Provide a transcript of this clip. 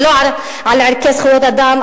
ולא על ערכי זכויות אדם.